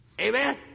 Amen